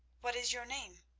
what is your name,